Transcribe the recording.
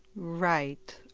right.